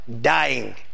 dying